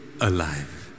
alive